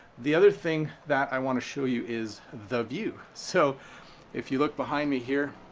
the other thing that i want to show you is the view. so if you look behind me here,